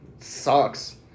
sucks